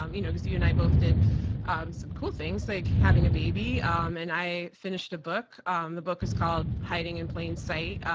um you know you and i both did um some cool things, like having a baby um and i finished a book. um the book is called hiding in plain sight.